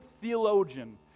theologian